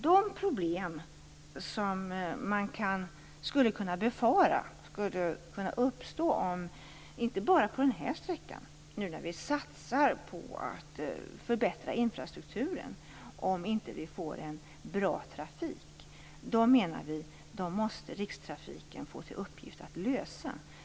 De problem man kan befara skulle kunna uppstå, inte bara på den här sträckan, om vi inte får en bra trafik nu när vi satsar på att förbättra infrastrukturen, de problemen måste rikstrafiken få i uppgift att lösa.